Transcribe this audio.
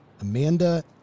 Amanda